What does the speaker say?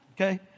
okay